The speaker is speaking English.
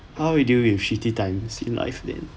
how we deal with shitty time in life then